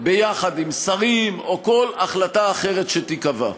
יחד עם שרים, או כל החלטה אחרת שתיקבע.